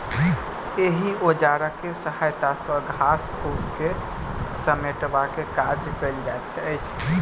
एहि औजारक सहायता सॅ घास फूस के समेटबाक काज कयल जाइत अछि